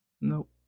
Nope